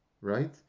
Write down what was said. Right